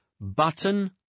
Button